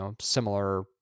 similar